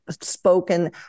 spoken